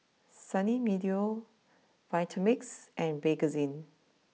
Sunny Meadow Vitamix and Bakerzin